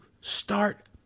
start